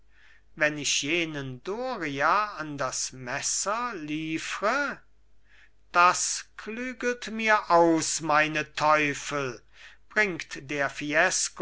wenn ich jenen doria an das messer liefre das klügelt mir aus meine teufel bringt der